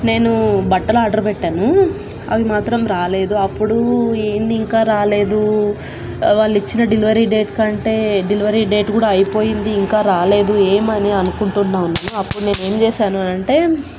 నేను బట్టలు ఆర్డర్ పెట్టాను అవి మాత్రం రాలేదు అప్పుడు ఏంది ఇంకా రాలేదు వాళ్ళు ఇచ్చిన డెలివరీ డేట్ కంటే డెలివరీ డేట్ కూడా అయిపోయింది ఇంకా రాలేదు ఏమి అని అనుకుంటున్నాను అప్పుడు నేనే ఏం చేసాను అని అంటే